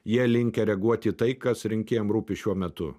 jie linkę reaguoti į tai kas rinkėjam rūpi šiuo metu